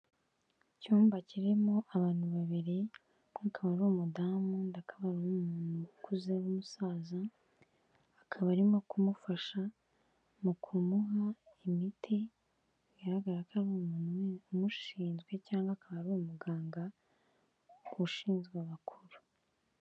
Icyumba kirimo abantu babiri, umwe akaba ari umudamu, undi akaba ari umuntu ukuze w'umusaza, akaba arimo kumufasha mu kumuha imiti, bigaragara ko ari umuntu umushinzwe cyangwa akaba ari umuganga ushinzwe abakuru.